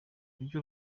kuki